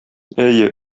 әйе